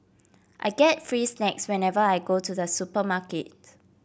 I get free snacks whenever I go to the supermarket